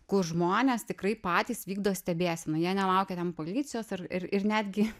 kai žmonės tikrai patys vykdo stebėseną jie nelaukia ten policijos ar ir netgi